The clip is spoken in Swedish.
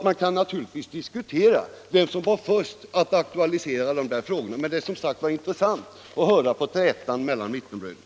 Man kan naturligtvis diskutera vem som var först med att aktualisera dessa frågor, men det är som sagt intressant att höra på trätan mellan mittenbröderna.